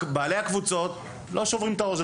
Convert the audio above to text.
בעלי הקבוצות לא שוברים את הראש.